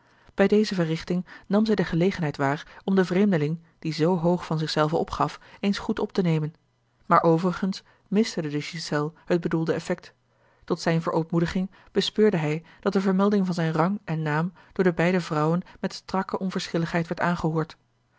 bij deze verrichting nam zij de gelegenheid waar om den vreemdeling die zoo hoog van zich zelven opgaf eens goed op te nemen maar overigens miste de ghiselles het bedoelde effect tot zijne verootmoediging bespeurde hij dat de vermelding van zijn rang en naam door de beide vrouwen met strakke onverschilligheid werd aangehoord